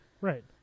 right